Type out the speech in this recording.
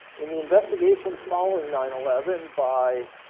in the investigations following nine eleven by